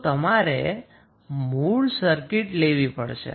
તો તમારે મૂળ સર્કિટ લેવી પડશે